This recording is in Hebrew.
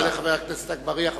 תודה רבה לחבר הכנסת אגבאריה.